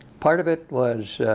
part of it was